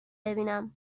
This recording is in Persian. ببینم